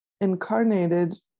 incarnated